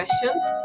questions